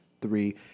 three